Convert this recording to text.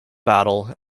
battle